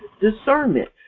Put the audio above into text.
discernment